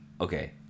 okay